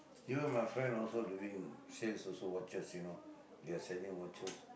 you know my friend also doing sales also watches you know they are selling watches